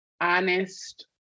honest